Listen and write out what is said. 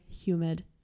humid